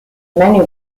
many